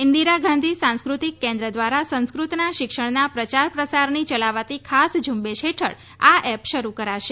ઈન્દિરા ગાંધી સાંસ્ક્રતિક કેન્દ્ર દ્વારા સંસ્ક્રતના શિક્ષણના પ્રચાર પ્રસારની યલાવાતી ખાસ ઝુંબેશ હેઠળ આ એપ શરૂ કરાશે